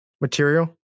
material